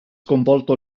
sconvolto